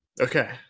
Okay